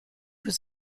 was